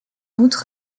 outre